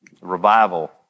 revival